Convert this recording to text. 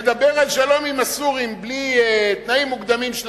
מדבר על שלום עם הסורים בלי תנאים מוקדמים של